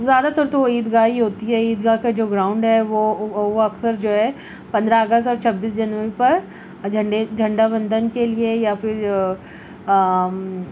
زیادہ تر تو عیدگاہ ہی ہوتی ہے عیدگاہ كا جو گراؤنڈ ہے وہ وہ اكثر جو ہے پندرہ اگست اور چھبیس جنوری پر جھنڈے جھنڈا بندھن کے لیے یا پھر